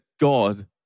God